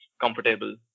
comfortable